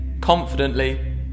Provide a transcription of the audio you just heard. confidently